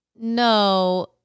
No